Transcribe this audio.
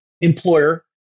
employer